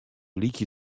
lykje